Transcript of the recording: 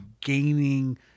gaining